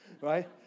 right